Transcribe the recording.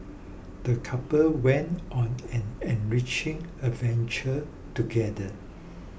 the couple went on an enriching adventure together